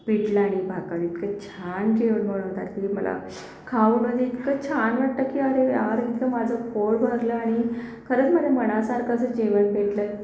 पिठलं आणि भाकर इतकं छान जेवण बनवतात की मला खाऊ म्हणजे इतकं छान वाटतं की अरे यार इतकं माझं पोट भरलं आणि खरंच माझ्या मनासारखं जर जेवण भेटलं